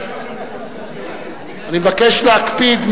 אני מבקש להקפיד,